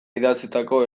idatzitako